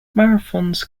marathons